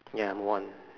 ya move on